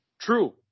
True